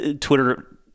Twitter